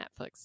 Netflix